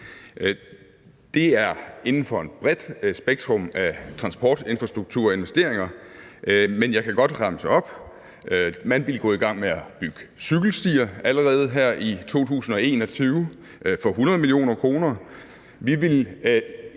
Det er inden for et bredt spektrum af transportinfrastrukturinvesteringer – og jeg kan godt remse dem op. Vi ville gå i gang med at bygge cykelstier allerede i 2021 for 100 mio. kr.